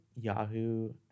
Yahoo